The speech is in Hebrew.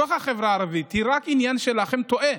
בתוך החברה הערבית, היא רק עניין שלכם, טועה.